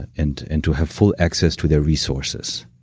and and to have full access to their resources